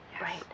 right